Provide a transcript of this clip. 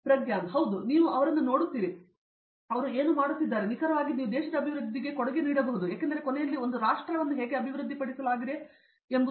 ಪ್ರಗ್ಯಾನ್ ಹೌದು ನೀವು ಅವರನ್ನು ನೋಡುತ್ತೀರಿ ಅವರು ಏನು ನೋಡುತ್ತಿದ್ದಾರೆ ಮತ್ತು ನಿಖರವಾಗಿ ನೀವು ದೇಶದ ಅಭಿವೃದ್ಧಿಗೆ ಕೊಡುಗೆ ನೀಡಬಹುದು ಏಕೆಂದರೆ ಕೊನೆಯಲ್ಲಿ ಒಂದು ರಾಷ್ಟ್ರಕ್ಕೆ ಹೇಗೆ ಅಭಿವೃದ್ಧಿಪಡಿಸಲಾಗಿದೆ ಎನ್ನುವುದು